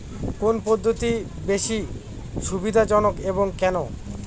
কোন পদ্ধতি বেশি সুবিধাজনক এবং কেন?